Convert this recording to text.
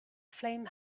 flame